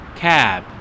cab